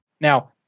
Now